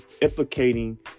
implicating